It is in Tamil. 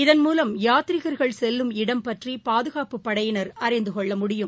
இதன் மூலம் யாத்திரிகர்கள் செல்லும் இடம் பற்றிபாதுகாப்பு படையினர் அறிந்துகொள்ள முடியும்